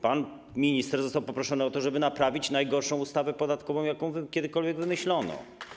Pan minister został poproszony o to, żeby naprawić najgorszą ustawę podatkową, jaką kiedykolwiek wymyślono.